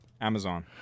Amazon